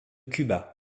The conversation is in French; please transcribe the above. cuba